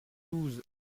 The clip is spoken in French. douze